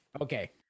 Okay